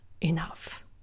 enough